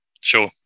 Sure